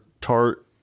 tart